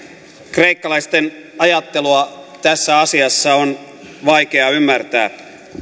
kreikkalaisten ajattelua tässä asiassa on vaikea ymmärtää